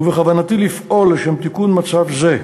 ובכוונתי לפעול לשם תיקון מצב זה.